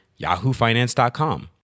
yahoofinance.com